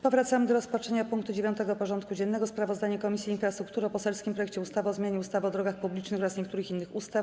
Powracamy do rozpatrzenia punktu 9. porządku dziennego: Sprawozdanie Komisji Infrastruktury o poselskim projekcie ustawy o zmianie ustawy o drogach publicznych oraz niektórych innych ustaw.